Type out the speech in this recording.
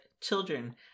children